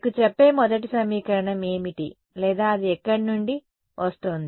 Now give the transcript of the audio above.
మీకు చెప్పే మొదటి సమీకరణం ఏమిటి లేదా అది ఎక్కడ నుండి వస్తోంది